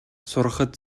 сурахад